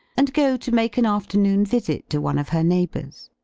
and go to make an afternoon visit to one of her neighbors.